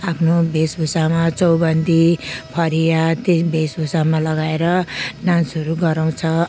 आफ्नो वेशभूषामा चौबन्दी फरिया त्यही वेशभूषामा लगाएर डान्सहरू गराउँँछ